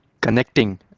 connecting